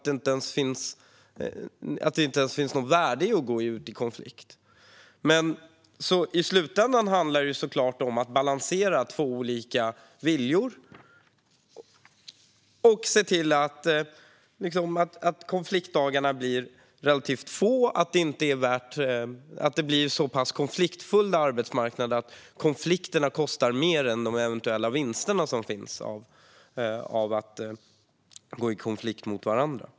Då finns det inget värde i att gå ut i konflikt. I slutänden handlar det förstås om att balansera två olika viljor, att se till att konfliktdagarna blir relativt få och att konflikterna kostar mer än de eventuella vinster som det ger att gå i konflikt med varandra.